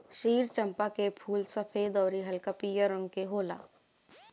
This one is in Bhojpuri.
क्षीर चंपा के फूल सफ़ेद अउरी हल्का पियर रंग के होला